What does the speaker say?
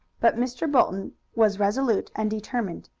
but mr. bolton was resolute and determined,